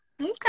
Okay